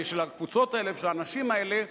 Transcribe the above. של הקבוצות האלה ושל האנשים האלה,